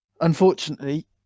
unfortunately